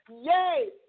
yay